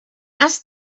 asked